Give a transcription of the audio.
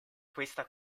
questa